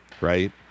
right